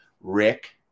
rick